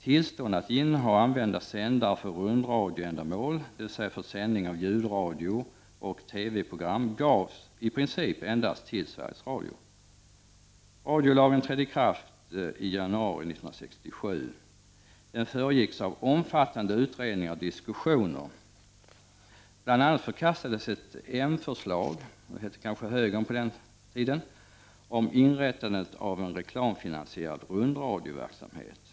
Tillstånd att inneha och använda sän Radiolagen trädde i kraft i januari 1967. Den föregicks av omfattande utredningar och diskussioner. Bl.a. förkastades ett m-förslag — partiet hette högern på den tiden — om inrättande av en reklamfinansierad rundradioverksamhet.